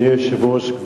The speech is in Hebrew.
אדוני היושב-ראש,